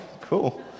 cool